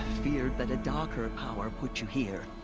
feared that a darker power put you here.